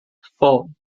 four